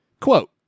quote